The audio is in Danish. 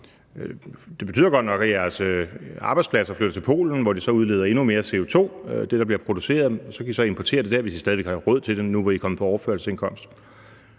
Det betyder godt nok, at jeres arbejdspladser flytter til Polen, hvor de så udleder endnu mere CO₂ ved det, der bliver produceret, og så kan I så importere det derfra, hvis I stadigvæk har råd til det nu, hvor I er kommet på overførselsindkomst.